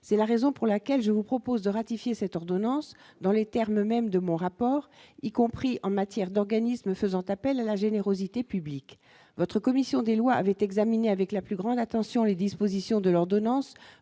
c'est la raison pour laquelle je vous propose de ratifier cette ordonnance dans les termes mêmes de mon rapport, y compris en matière d'organismes faisant appel à la générosité publique votre commission des lois avait examiné avec la plus grande attention les dispositions de l'ordonnance